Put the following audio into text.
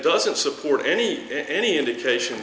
doesn't support any any indication